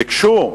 וביקשו,